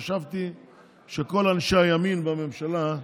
חשבתי שכל אנשי הימין בממשלה,